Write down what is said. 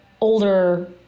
older